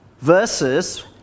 versus